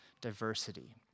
diversity